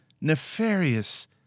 nefarious